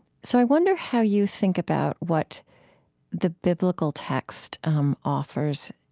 so i wonder how you think about what the biblical text um offers